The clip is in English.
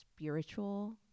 spiritual